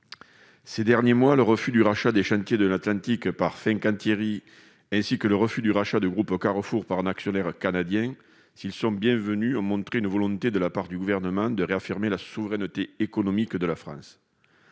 Le récent refus du rachat des Chantiers de l'Atlantique par Fincantieri ainsi que le refus du rachat du groupe Carrefour par un actionnaire canadien, s'ils sont bienvenus, ont montré une volonté de la part du Gouvernement de réaffirmer la souveraineté économique de la France.